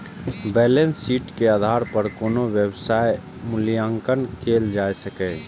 balance sheet के आधार पर कोनो व्यवसायक मूल्यांकन कैल जा सकैए